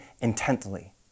intently